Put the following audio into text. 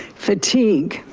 fatigue,